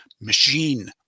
machine